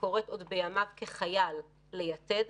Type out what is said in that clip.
שקורית עוד בימיו כחייל ליתד,